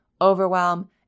overwhelm